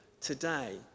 today